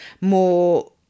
more